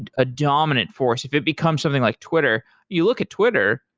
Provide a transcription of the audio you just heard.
and a dominant force, if it becomes something like twitter you look at twitter,